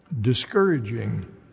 discouraging